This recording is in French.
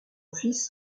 fils